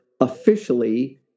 officially